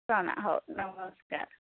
ଆସ ନା ହଉ ନମସ୍କାର